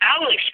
Alex